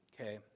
Okay